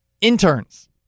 Interns